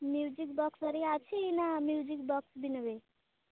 music box ହରିକା ଅଛି ନା ମ୍ୟୁଜିକ୍ ବକ୍ସ୍ ବି ନେବେ